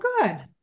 good